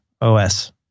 OS